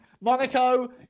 Monaco